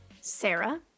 Sarah